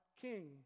king